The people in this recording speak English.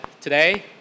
today